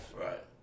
right